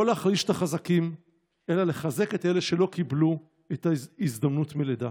לא להחליש את החזקים אלא לחזק את אלה שלא קיבלו את ההזדמנות מלידה.